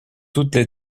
toutes